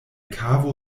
kavo